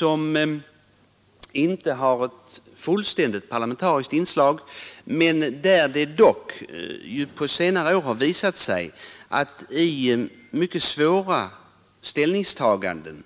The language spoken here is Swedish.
Den har inte ett fullständigt parlamentariskt inslag, men på senare år har det visat sig att det i mycket svåra ställningstaganden